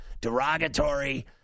derogatory